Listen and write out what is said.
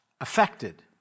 affected